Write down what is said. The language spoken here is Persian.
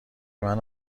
منو